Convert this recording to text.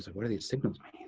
what are these signals i